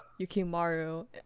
Yukimaru